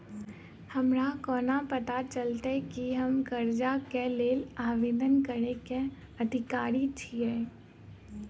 हमरा कोना पता चलतै की हम करजाक लेल आवेदन करै केँ अधिकारी छियै?